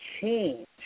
change